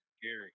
scary